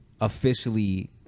officially